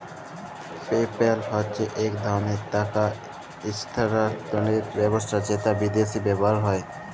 PayPal হছে ইক ধরলের টাকা ইসথালালতরের ব্যাবস্থা যেট বিদ্যাশে ব্যাভার হয়